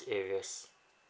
areas